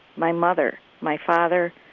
my mother, my father,